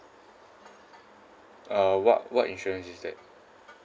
uh what what insurance is that